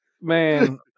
Man